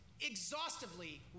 exhaustively